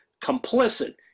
complicit